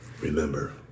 Remember